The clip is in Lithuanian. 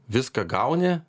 viską gauni